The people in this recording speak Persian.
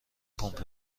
پمپ